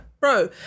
bro